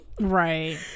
Right